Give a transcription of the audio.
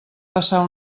passar